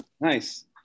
Nice